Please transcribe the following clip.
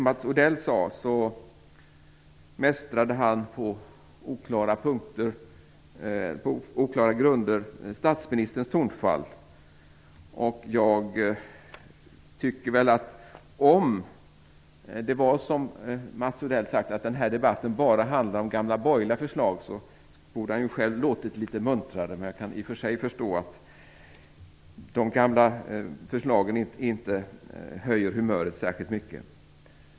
Mats Odell mästrade på oklara grunder statsministerns tonfall. Om det vore som Mats Odell säger, att debatten bara handlar om gamla borgerliga förslag, borde han själv ha låtit litet muntrare. Men jag kan i och för sig förstå att de gamla förslagen inte höjer humöret särskilt mycket.